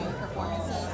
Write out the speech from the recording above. performances